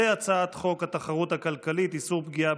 הצעת חוק התחרות הכלכלית (איסור פגיעה